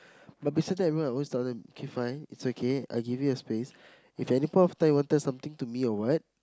but beside that you know I always tell them okay fine it's okay I give you a space if any point of time you want tell something to me or what